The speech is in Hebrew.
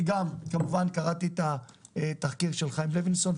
כמובן שקראתי את התחקיר של חיים לוינסון,